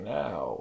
now